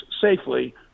safely